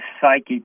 psychic